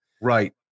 right